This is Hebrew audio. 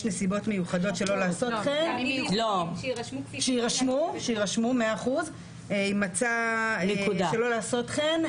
נסיבות מיוחדות שיירשמו שלא לעשות כן,